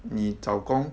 你找工